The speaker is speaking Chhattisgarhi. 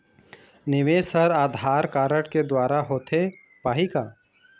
निवेश हर आधार कारड के द्वारा होथे पाही का?